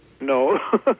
No